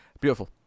Beautiful